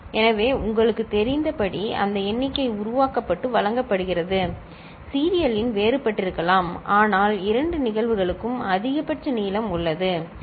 எனவே உங்களுக்குத் தெரிந்தபடி அந்த எண்ணிக்கை உருவாக்கப்பட்டு வழங்கப்படுகிறது சீரியல் இன் வேறுபட்டிருக்கலாம் ஆனால் இரண்டு நிகழ்வுகளுக்கும் அதிகபட்ச நீளம் உள்ளது சரி